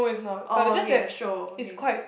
orh okay the show okay